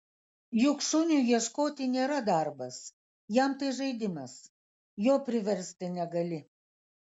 juk šuniui ieškoti nėra darbas jam tai žaidimas jo priversti negali